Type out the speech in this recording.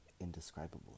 indescribable